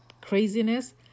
craziness